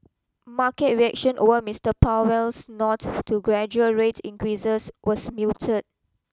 market reaction over Mister Powell's nod to gradual rate increases was muted